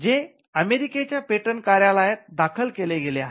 जे अमेरिकेच्या पेटंट कार्यालयात दाखल केले गेले आहे